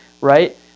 right